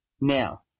Now